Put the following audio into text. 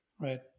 Right